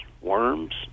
worms